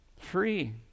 Free